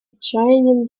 отчаянием